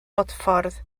bodffordd